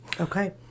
okay